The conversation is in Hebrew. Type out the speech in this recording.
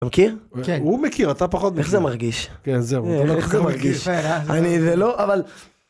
מכיר? הוא מכיר, אתה פחות מכיר, איך זה מרגיש? אבל...